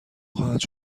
خواهد